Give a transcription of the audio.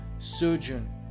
surgeon